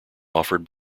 offered